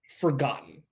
forgotten